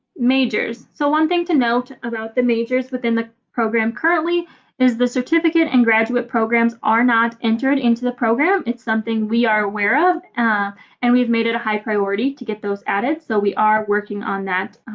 majors, so one thing to note about the majors within the program currently is the certificate and graduate programs are not entered into the program. it's something we are aware of and we've made it a high priority to get those added. so we are working on that